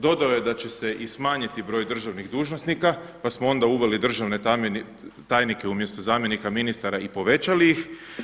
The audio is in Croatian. Dodao je da će se i smanjiti broj državnih dužnosnika, pa smo onda uveli državne tajnike umjesto zamjenika ministara i povećali ih.